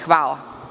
Hvala.